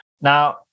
Now